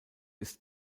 ist